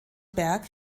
berg